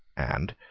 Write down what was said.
and,